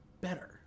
better